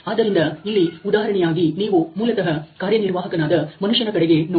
ಆದ್ದರಿಂದ ಇಲ್ಲಿ ಉದಾಹರಣೆಯಾಗಿ ನೀವು ಮೂಲತಃ ಕಾರ್ಯನಿರ್ವಾಹಕನಾದ ಮನುಷ್ಯನ ಕಡೆಗೆ ನೋಡಿ